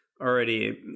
already